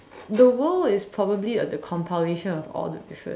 the world is probably like the compilation of all the different